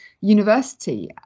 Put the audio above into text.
university